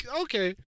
Okay